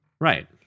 Right